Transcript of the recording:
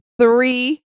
three